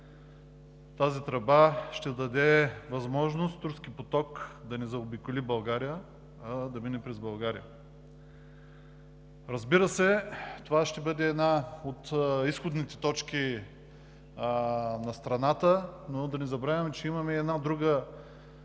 Тази тръба ще даде възможност „Турски поток“ да не заобиколи България, а да мине през България. Разбира се, това ще бъде една от изходните точки на страната. Да не забравяме, че имаме една друга